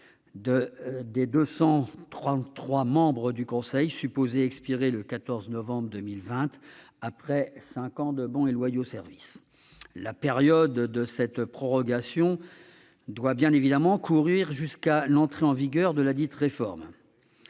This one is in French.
des 233 membres du Conseil, supposé expirer le 14 novembre 2020 après cinq ans de loyaux services. Cette prorogation doit bien évidemment courir jusqu'à l'entrée en vigueur de ladite réforme.